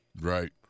Right